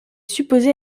supposée